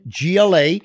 GLA